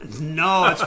No